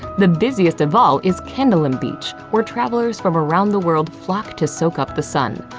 the busiest of all is candolim beach, where travelers from around the world flock to soak up the sun.